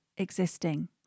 existing